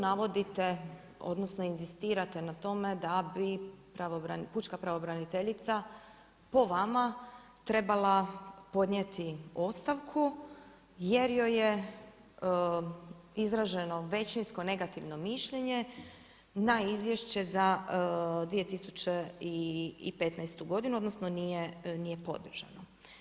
Navodite, odnosno, inzistirate na tome da bi Pučka pravobraniteljica po vama trebala podnijeti ostavku, jer joj je izraženo većinsko negativno mišljenje, na izvješće za 2015. g. odnosno, nije podržano.